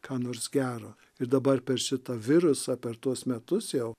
ką nors gero ir dabar per šitą virusą per tuos metus jau